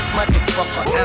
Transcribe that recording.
Motherfucker